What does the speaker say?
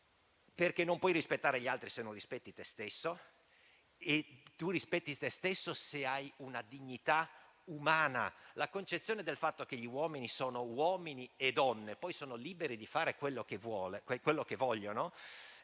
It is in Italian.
perché non puoi rispettare gli altri se non rispetti prima te stesso. Tu rispetti te stesso se hai una dignità umana. La concezione del fatto che gli uomini sono uomini e donne e sono liberi di fare ciò che vogliono